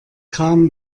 kam